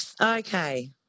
Okay